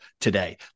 today